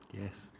Yes